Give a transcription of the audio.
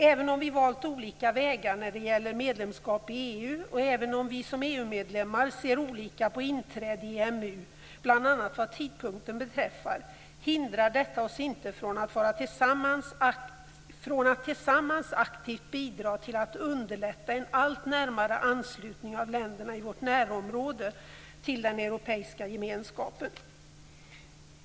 Även om vi valt olika vägar när det gäller medlemskap i EU och även om vi som EU-medlemmar ser olika på inträde i EMU, bl.a. vad tidpunkten beträffar, hindrar detta oss inte från att tillsammans aktivt bidra till att underlätta en allt närmare anslutning av länderna i vårt närområde till den europeiska gemenskapen.